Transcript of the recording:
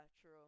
true